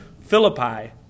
Philippi